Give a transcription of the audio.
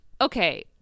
okay